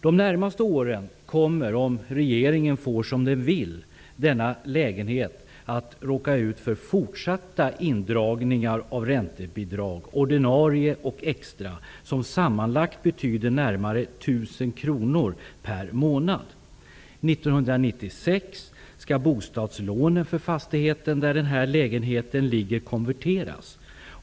De närmaste åren kommer, om regeringen får som den vill, denna lägenhet att råka ut för fortsatta indragningar av räntebidrag, ordinarie och extra. Sammanlagt betyder det närmare 1 000 kr per månad. År 1996 skall bostadslånen för fastigheten där denna lägenhet ligger konverteras.